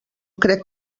crec